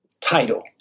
title